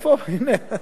הנה.